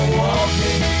walking